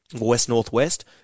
west-northwest